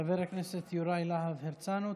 תודה לחבר הכנסת יוראי להב הרצנו.